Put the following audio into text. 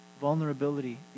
vulnerability